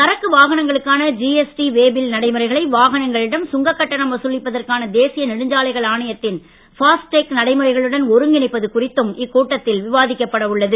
சரக்கு வாகனங்களுக்கான GST way bill நடைமுறைகளை வாகனங்களிடம் சுங்கக் கட்டணம் வசூலிப்பதற்கான தேசிய நெடுஞ்சாலைகள் ஆணையத்தின் ஃபாஸ்ட் டேக் நடைமுறைகளுடன் ஒருங்கிணைப்பது குறித்தும் இக்கூட்டத்தில் விவாதிக்கப்பட உள்ளது